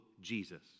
Jesus